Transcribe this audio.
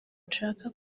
nshaka